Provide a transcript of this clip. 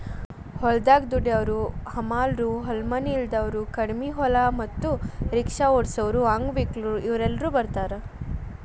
ಹೊಲದಾಗ ದುಡ್ಯಾವರ ಹಮಾಲರು ಹೊಲ ಮನಿ ಇಲ್ದಾವರು ಕಡಿಮಿ ಹೊಲ ಮತ್ತ ರಿಕ್ಷಾ ಓಡಸಾವರು ಅಂಗವಿಕಲರು ಇವರೆಲ್ಲ ಬರ್ತಾರ